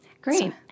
Great